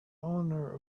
owner